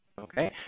Okay